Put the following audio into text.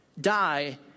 die